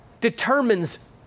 determines